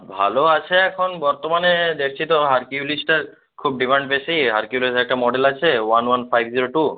ভালো আছে এখন বর্তমানে দেখছি তো হারকিউলিসটার খুব ডিমান্ড বেশি হারকিউলিসের একটা মডেল আছে one one five zero two